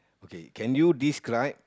okay can you describe